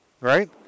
right